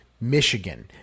Michigan